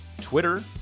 Twitter